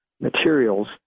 materials